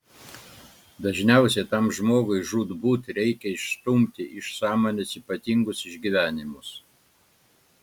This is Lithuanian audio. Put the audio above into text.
dažniausiai tam žmogui žūtbūt reikia išstumti iš sąmonės ypatingus išgyvenimus